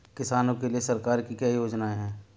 किसानों के लिए सरकार की क्या योजनाएं हैं?